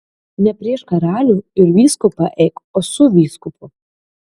ne prieš karalių ir vyskupą eik o su vyskupu